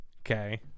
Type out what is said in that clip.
Okay